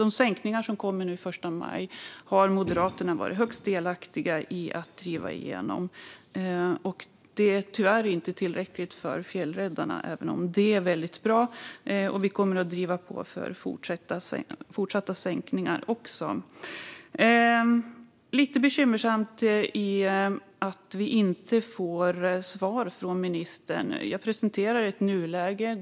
De sänkningar som kommer nu den 1 maj har Moderaterna varit högst delaktiga i att driva igenom. Det är tyvärr inte tillräckligt för fjällräddarna, även om det är väldigt bra. Vi kommer också att driva på för fortsatta sänkningar. Lite bekymmersamt är att vi inte får svar från ministern. Jag presenterar ett nuläge.